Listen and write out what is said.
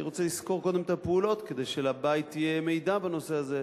אני רוצה לסקור קודם את הפעולות כדי שלבית יהיה מידע בנושא הזה,